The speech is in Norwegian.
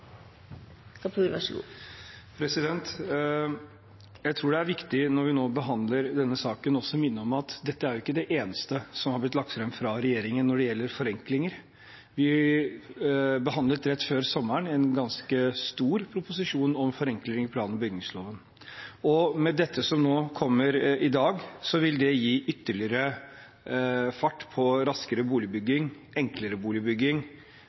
viktig når vi nå behandler denne saken, også å minne om at dette jo ikke er det eneste som har blitt lagt fram av regjeringen når det gjelder forenklinger. Vi behandlet rett før sommeren en ganske stor proposisjon om forenkling av plan- og bygningsloven. Og med dette som nå kommer i dag, vil det gi ytterligere fart på raskere boligbygging, enklere boligbygging,